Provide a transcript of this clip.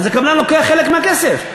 אז הקבלן לוקח חלק מהכסף,